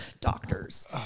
doctors